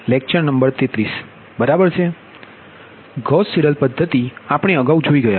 બરાબર છે Gauss Seidel પદ્ધતિ આપણે અગાઉ જોઇ ગયા